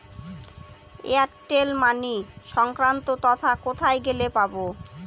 Airtel money সংক্রান্ত তথ্য কোথায় গেলে পাব?